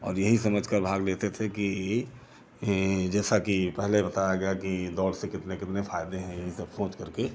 और यही समझकर भाग लेते थे कि ये जैसा कि पहले बताया गया कि दौड़ से कितने कितने फ़ायदे हैं यही सब सोचकर के